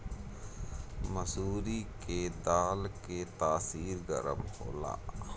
मसूरी के दाल के तासीर गरम होला